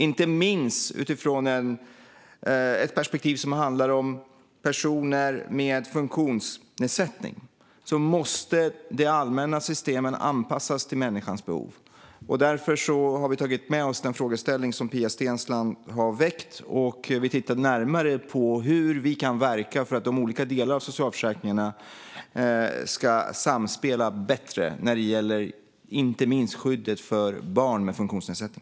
Inte minst utifrån ett perspektiv som handlar om personer med funktionsnedsättning måste de allmänna systemen anpassas till människans behov. Därför har vi tagit med oss den fråga som Pia Steensland har väckt, och vi har tittat närmare på hur vi kan verka för att de olika delarna av socialförsäkringarna ska samspela bättre när det gäller inte minst skyddet för barn med funktionsnedsättning.